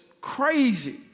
crazy